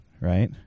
right